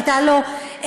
הייתה לו סמכות.